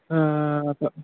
ஆ ஆ ஆ ஆ சர்